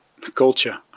Culture